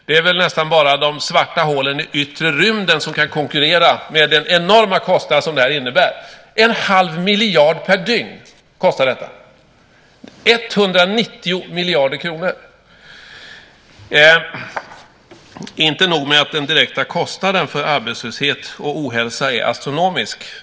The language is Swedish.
Det är väl nästan bara de svarta hålen i yttre rymden som kan konkurrera med den enorma kostnad som det här innebär. Detta kostar en halv miljard per dygn; 190 miljarder kronor per år. Inte nog med att den direkta kostnaden för arbetslöshet och ohälsa är astronomisk.